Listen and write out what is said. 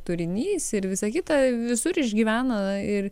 turinys ir visa kita visur išgyvena ir